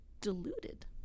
deluded